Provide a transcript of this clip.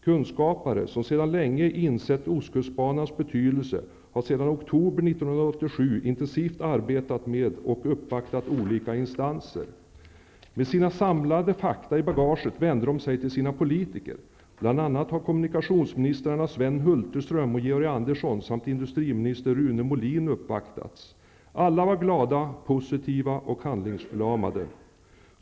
Kunskapare som länge insett ostkustbanans betydelse har sedan oktober 1987 intensivt arbetat med och uppvaktat olika instanser. Med sina samlade fakta i bagaget vände de sig till sina politiker. Bl.a. har kommunikationsministrarna Sven Hulterström och Georg Andersson samt industriminister Rune Molin uppvaktats. Alla var glada, positiva och handlingsförlamade.